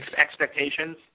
expectations